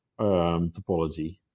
topology